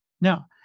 Now